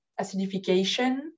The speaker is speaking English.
acidification